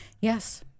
Yes